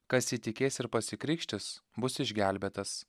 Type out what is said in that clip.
kas įtikės ir pasikrikštys bus išgelbėtas